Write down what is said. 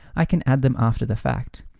i can add them after the fact.